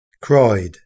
Cried